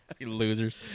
Losers